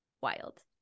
wild